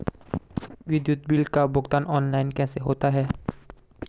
विद्युत बिल का भुगतान ऑनलाइन कैसे होता है?